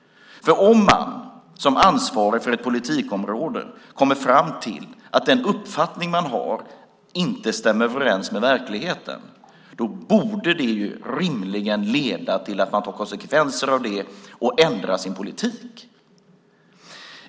Om man som ansvarig för ett politikområde kommer fram till att den uppfattning man har inte stämmer överens med verkligheten borde det rimligen leda till att man tar konsekvensen av det och ändrar sin politik.